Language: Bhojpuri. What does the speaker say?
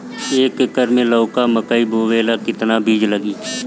एक एकर मे लौका मकई बोवे ला कितना बिज लागी?